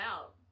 out